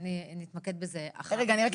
אני רק אגיד משפט.